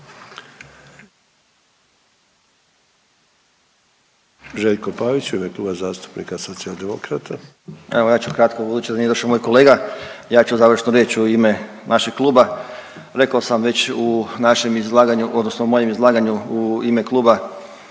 **Pavić, Željko (Socijaldemokrati)** Evo ja ću kratko budući da nije došao moj kolega. Ja ću završnu riječ u ime našeg kluba. Rekao sam već u našem izlaganju odnosno u mojem izlaganju u ime kluba